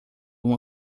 uma